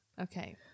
Okay